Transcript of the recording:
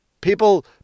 People